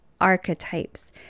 archetypes